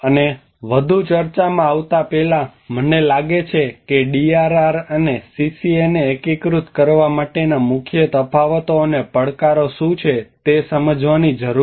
અને વધુ ચર્ચામાં આવતાં પહેલાં મને લાગે છે કે ડીઆરઆર અને સીસીએને એકીકૃત કરવા માટેના મુખ્ય તફાવતો અને પડકારો શું છે તે સમજવાની જરૂર છે